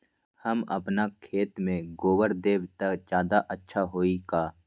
हम अपना खेत में गोबर देब त ज्यादा अच्छा होई का?